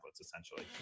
essentially